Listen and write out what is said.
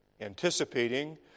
anticipating